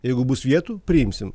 jeigu bus vietų priimsim